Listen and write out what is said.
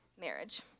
marriage